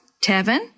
Tevin